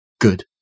good